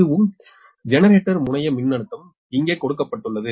இதுவும் ஜெனரேட்டர் முனைய மின்னழுத்தம் இங்கே கொடுக்கப்பட்டுள்ளது 12